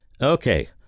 Okay